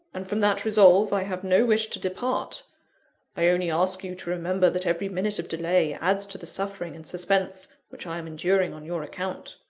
and from that resolve i have no wish to depart i only ask you to remember that every minute of delay adds to the suffering and suspense which i am enduring on your account.